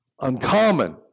uncommon